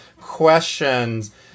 questions